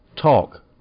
Talk